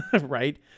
right